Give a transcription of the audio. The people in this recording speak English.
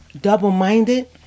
double-minded